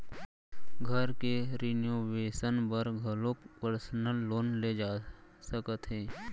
घर के रिनोवेसन बर घलोक परसनल लोन ले जा सकत हे